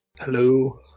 Hello